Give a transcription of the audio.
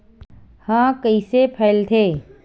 ह कइसे फैलथे?